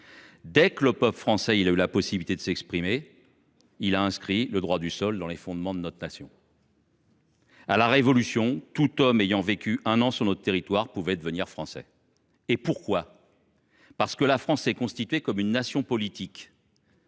Dès que le peuple français a eu la possibilité de s’exprimer, il a inscrit le droit du sol parmi les fondements de notre nation. À la Révolution, tout homme ayant vécu un an sur notre territoire a reçu la possibilité de devenir Français. Pourquoi ? Parce que la France s’est constituée comme une nation politique,